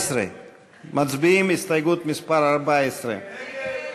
14. ההסתייגות (14)